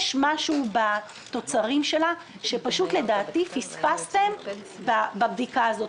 יש משהו בתוצרים שלה שפשוט לדעתי פספסתם בבדיקה הזאת.